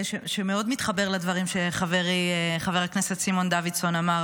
שמאוד מתחבר לדברים שחברי חבר הכנסת סימון דוידסון אמר,